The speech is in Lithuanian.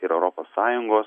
ir europos sąjungos